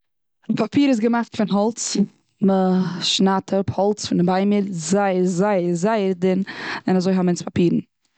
פאפיר איז געמאכט פון האלץ מ'שנייד אפ האלץ פון די ביימער זייער, זייער, זייער, דין, און אזוי האבן אונז פאפירן.